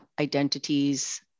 identities